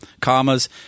commas